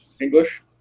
English